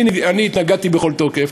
אני התנגדתי בכל תוקף.